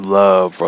love